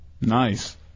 Nice